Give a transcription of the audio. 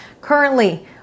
Currently